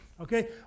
Okay